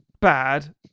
bad